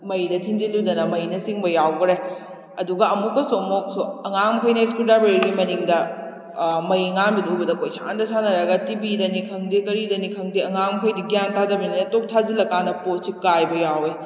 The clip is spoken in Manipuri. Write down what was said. ꯃꯩꯗ ꯊꯤꯟꯖꯤꯜꯂꯨꯗꯅ ꯃꯩꯅ ꯆꯤꯡꯕ ꯌꯥꯎꯈ꯭ꯔꯦ ꯑꯗꯨꯒ ꯑꯃꯨꯛꯀꯁꯨ ꯑꯃꯨꯛꯁꯨ ꯑꯉꯥꯡ ꯃꯈꯩꯅ ꯏꯁꯀ꯭ꯔꯨ ꯗ꯭ꯔꯥꯏꯕꯔꯗꯨꯒꯤ ꯃꯅꯤꯡꯗ ꯃꯩ ꯉꯥꯟꯕꯗꯨ ꯎꯕꯗ ꯀꯣꯏꯁꯥꯟꯗ ꯁꯥꯟꯅꯔꯒ ꯇꯤꯕꯤꯗꯅꯤ ꯈꯪꯗꯦ ꯀꯔꯤꯗꯅꯤ ꯈꯪꯗꯦ ꯑꯉꯥꯡ ꯈꯣꯏꯗꯤ ꯒ꯭ꯌꯥꯟ ꯇꯥꯗꯕꯅꯤꯅ ꯇꯣꯛ ꯊꯥꯖꯤꯜꯂ ꯀꯥꯟꯗ ꯄꯣꯜꯁꯤ ꯀꯥꯏꯕ ꯌꯥꯎꯏ